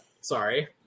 Sorry